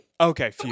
okay